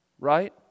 Right